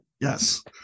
Yes